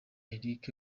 eric